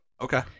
Okay